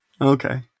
Okay